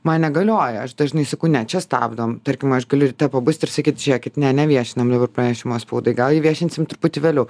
man negalioja aš dažnai sakau ne čia stabdmo tarkim aš galiu ryte pabust ir sakyti žiūrėkit ne neviešinam pranešimo spaudai gal jį viešinsim truputį vėliau